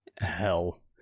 hell